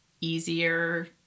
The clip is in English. easier